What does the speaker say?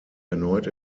erneut